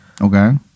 okay